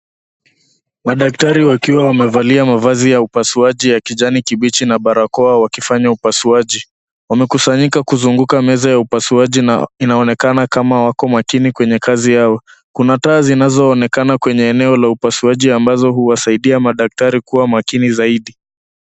Madaktari wakiwa wamevalia mavazi ya upasuaji ya kijani kibichi na barakoa wakifanya upasuaji. Wamekusanyika kuzunguka meza ya upasuaji na inaonekana kama wako makini kwenye kazi yao. Kuna taa zinazoonekana kwenye eneo la upasuaji ambazo huwasaidia madaktari kuwa makini zaidi.